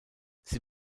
sie